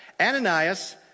Ananias